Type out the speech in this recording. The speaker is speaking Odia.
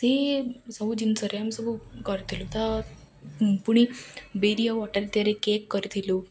ସେ ସବୁ ଜିନିଷରେ ଆମେ ସବୁ କରିଥିଲୁ ତ ପୁଣି ବିରି ଆଉ ଅଟାରେ ତିଆରି କେକ୍ କରିଥିଲୁ